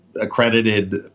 accredited